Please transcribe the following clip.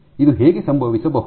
ಇದು ಹೇಗೆ ಸಂಭವಿಸಬಹುದು